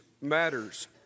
matters